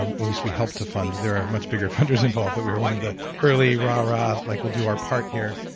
um least we helped to fund. there are much bigger funders involved, but we were one of the early, rah rah, like we'll do our part here.